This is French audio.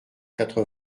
quatre